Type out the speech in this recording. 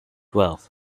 wealth